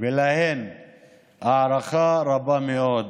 ולהן הערכה רבה מאוד.